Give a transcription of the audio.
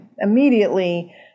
immediately